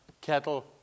cattle